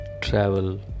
travel